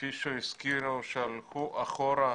כפי שהזכירו, שהלכו אחורה 15,